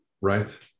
right